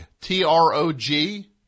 T-R-O-G